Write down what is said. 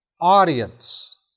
audience